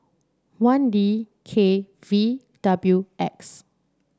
one D K V W X